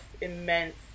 immense